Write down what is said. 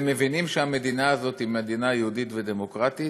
והם מבינים שהמדינה הזאת היא מדינה יהודית ודמוקרטית,